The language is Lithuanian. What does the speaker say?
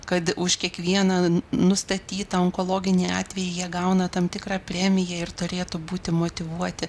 kad už kiekvieną n nustatytą onkologinį atvejį jie gauna tam tikrą premiją ir turėtų būti motyvuoti